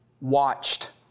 watched